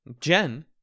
Jen